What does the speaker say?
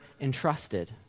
entrusted